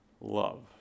love